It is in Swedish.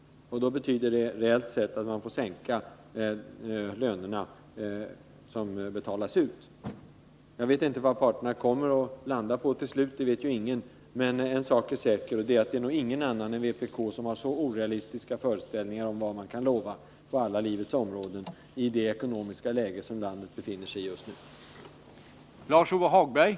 Det betyder att man i praktiken skulle få sänka lönerna som betalas ut. Jag vet inte var parterna kommer att landa till slut, det vet ju ingen. Men en sak är säker, och det är att ingen annan än vpk har så orealistiska föreställningar om vad man kan lova på alla livets områden i det ekonomiska läge som landet just nu befinner sig i.